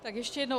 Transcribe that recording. Tak ještě jednou.